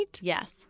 Yes